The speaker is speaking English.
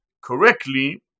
correctly